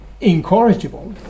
incorrigible